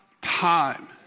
time